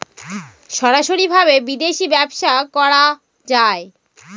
সরাসরি ভাবে বিদেশী ব্যবসা করা যায়